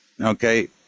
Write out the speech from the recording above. okay